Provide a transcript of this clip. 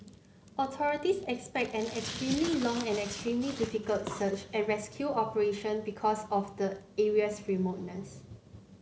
authorities expect an extremely long and extremely difficult search and rescue operation because of the area's remoteness